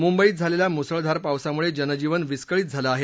मुंबईत झालेल्या मुसळधार पावसामुळे जनजीवन विस्कळीत झालं आहे